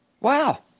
Wow